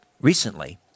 Recently